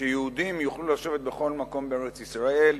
שיהודים יוכלו לשבת בכל מקום בארץ-ישראל,